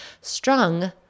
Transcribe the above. strung